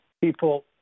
people